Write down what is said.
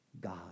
God